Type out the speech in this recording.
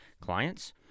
clients